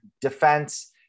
defense